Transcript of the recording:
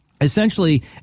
essentially